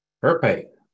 Perfect